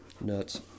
nuts